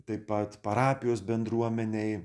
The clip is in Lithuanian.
taip pat parapijos bendruomenei